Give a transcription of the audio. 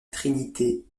trinité